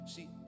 See